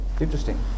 Interesting